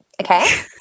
Okay